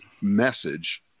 message